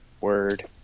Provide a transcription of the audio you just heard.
Word